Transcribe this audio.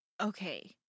Okay